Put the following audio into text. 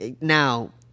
Now